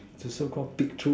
to so Call peek through